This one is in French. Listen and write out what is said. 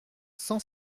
cent